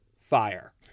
fire